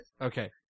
Okay